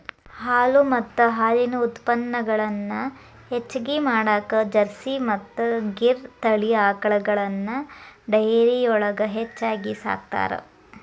ಹಾಲು ಮತ್ತ ಹಾಲಿನ ಉತ್ಪನಗಳನ್ನ ಹೆಚ್ಚಗಿ ಮಾಡಾಕ ಜರ್ಸಿ ಮತ್ತ್ ಗಿರ್ ತಳಿ ಆಕಳಗಳನ್ನ ಡೈರಿಯೊಳಗ ಹೆಚ್ಚಾಗಿ ಸಾಕ್ತಾರ